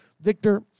Victor